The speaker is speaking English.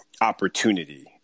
opportunity